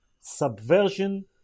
subversion